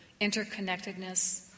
interconnectedness